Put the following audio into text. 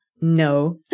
no